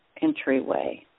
entryway